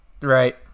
Right